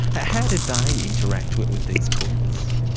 how did they interact with with these courts?